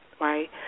right